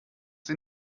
sie